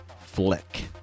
flick